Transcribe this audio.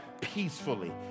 peacefully